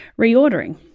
reordering